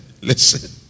listen